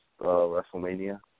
WrestleMania